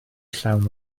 llawn